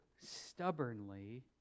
stubbornly